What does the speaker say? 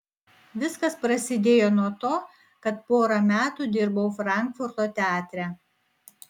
viskas prasidėjo nuo to kad porą metų dirbau frankfurto teatre